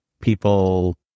people